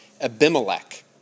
Abimelech